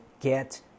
get